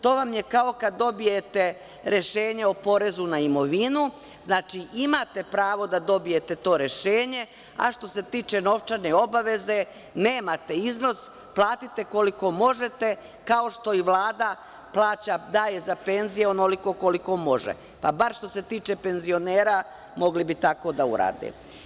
To vam je kao kad dobijete rešenje o porezu na imovinu, znači, imate pravo da dobijete to rešenje, a što se tiče novčane obaveze nemate iznos, platite koliko možete, kao što i Vlada plaća, daje za penzije onoliko koliko može, pa bar što se tiče penzionera mogli bi tako da urade.